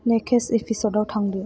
next एपिसडाव थांदो